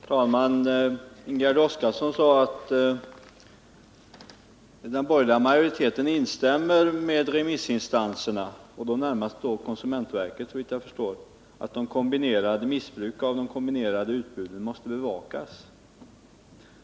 Herr talman! Ingegärd Oskarsson sade att den borgerliga majoriteten instämmer med remissinstanserna, såvitt jag förstår närmast konsumentverket, när det gäller att missbruken av de kombinerade utbuden måste bevakas.